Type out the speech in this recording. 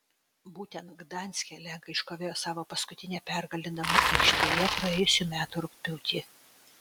būtent gdanske lenkai iškovojo savo paskutinę pergalę namų aikštėje praėjusių metų rugpjūtį